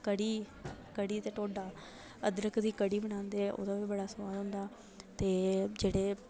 कढ़ी कढ़ी ते ढोडा अदरक दी कढ़ी बनांदे ओह्दा बी बड़ी सोआद होंदा ते जेह्ड़े असें